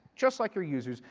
just like your users,